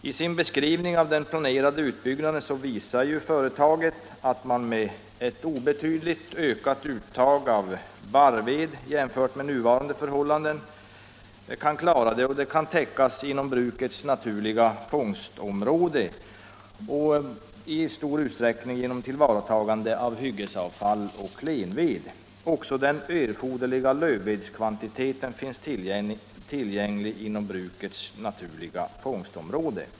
I sin beskrivning av den planerade utbyggnaden visar ju företaget att man kan klara sig med ett obetydligt ökat uttag av barrved jämfört med nuvarande förhållande och att ökningen kan täckas inom brukets naturliga fångstområde — i stor utsträckning genom tillvaratagande av hyggesavfall och klenved. Också den erforderliga lövvedskvantiteten finns tillgänglig inom brukets naturliga fångstområde.